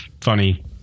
Funny